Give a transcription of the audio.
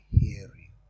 hearing